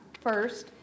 first